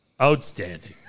Outstanding